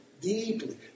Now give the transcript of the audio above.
deeply